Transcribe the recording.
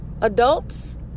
adults